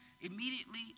immediately